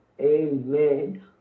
amen